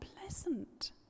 pleasant